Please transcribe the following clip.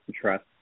trust